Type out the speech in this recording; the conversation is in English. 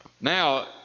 Now